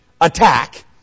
attack